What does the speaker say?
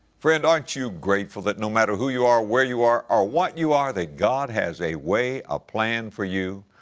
friend, aren't you grateful that no matter who you are, where you are or what you are that god has a way, a plan for you?